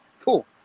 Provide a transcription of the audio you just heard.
Cool